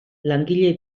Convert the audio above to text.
langile